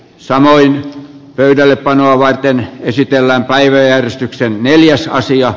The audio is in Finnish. samoin pöydällepanoa varten esitellään päiväjärjestyksen miehiä saa sijaa